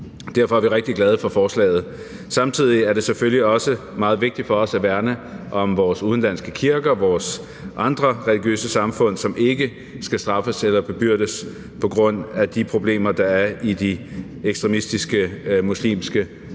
Derfor er vi rigtig glade for forslaget. Samtidig er det selvfølgelig også meget vigtigt for os at værne om vores udenlandske kirker og vores andre religiøse samfund, som ikke skal straffes eller bebyrdes på grund af de problemer, der er i de ekstremistiske muslimske moskéer